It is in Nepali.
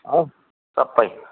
सबै